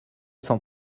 cent